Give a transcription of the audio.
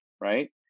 right